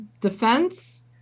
defense